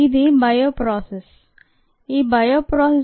ఇది bio process లేదా bioprocess